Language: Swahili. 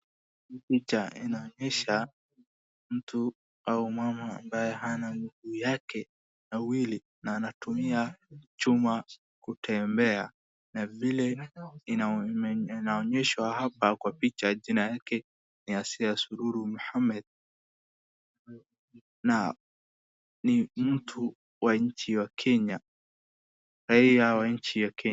Picha inaonyesha mtu ama mama ambaye hana miguu yake miwili na anatumia chuma kutembea na vile inaonyeshwa hapa kwa picha jina yake ni Asiya Sururu Mohammed na ni mtu wa nchi ya Kenya.